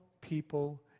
people